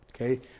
Okay